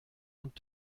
und